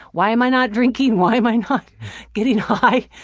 why am i not drinking? why am i not getting high?